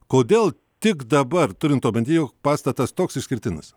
kodėl tik dabar turint omeny jog pastatas toks išskirtinis